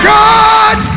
god